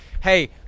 hey –